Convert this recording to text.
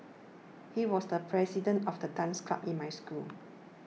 he was the president of the dance club in my school